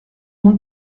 monde